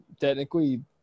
technically